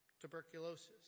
tuberculosis